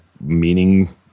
meaning